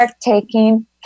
taking